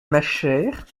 machère